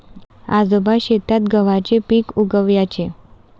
आजोबा शेतात गव्हाचे पीक उगवयाचे